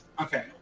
Okay